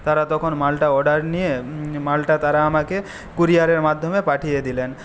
তারা তখন মালটা অর্ডার নিয়ে মালটা তারা আমাকে ক্যুরিয়ারের মাধ্যমে পাঠিয়ে দিলেন